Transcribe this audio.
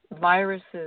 viruses